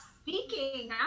speaking